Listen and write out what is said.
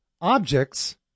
objects